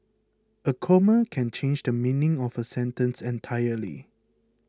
a comma can change the meaning of a sentence entirely